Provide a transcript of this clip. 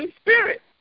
Spirit